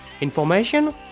Information